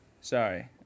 sorry